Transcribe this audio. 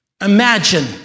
Imagine